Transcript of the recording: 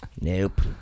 nope